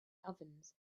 ovens